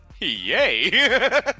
Yay